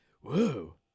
Whoa